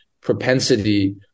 propensity